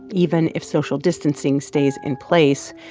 even if social distancing stays in place.